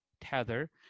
Tether